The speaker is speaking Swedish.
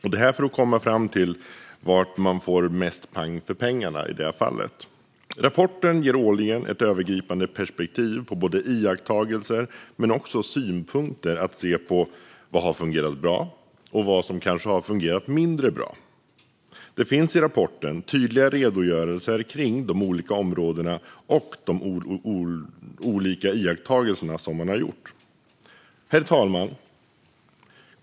Det gör man för att komma fram till var man får mest pang för pengarna i detta fall. Rapporten ger årligen ett övergripande perspektiv på både iakttagelser och synpunkter för att se vad som har fungerat bra och vad som kanske har fungerat mindre bra. Det finns i rapporten tydliga redogörelser kring de olika områdena och de olika iakttagelserna som man har gjort. Herr talman!